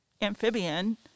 amphibian